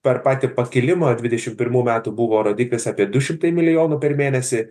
per patį pakilimą dvidešimt pirmų metų buvo rodiklis apie du šimtai milijonų per mėnesį